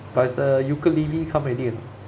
but is the ukulele come already or not